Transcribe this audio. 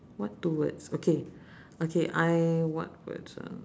what two words okay okay I what words uh